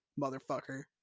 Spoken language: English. motherfucker